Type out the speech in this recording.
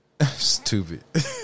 stupid